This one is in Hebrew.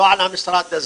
לא על המשרד הזה,